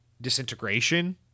Disintegration